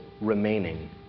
remaining